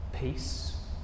peace